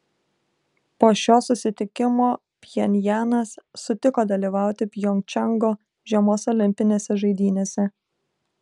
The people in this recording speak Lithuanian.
po šio susitikimo pchenjanas sutiko dalyvauti pjongčango žiemos olimpinėse žaidynėse